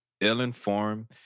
ill-informed